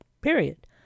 period